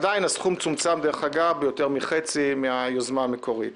עדיין הסכום צומצם ביותר מחצי מהיוזמה המקורית.